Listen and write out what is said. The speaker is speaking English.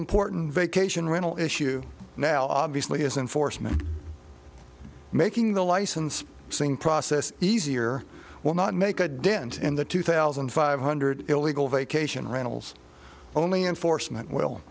important vacation rental issue now obviously isn't foresman making the license seeing process easier will not make a dent in the two thousand five hundred illegal vacation rentals only enforcement will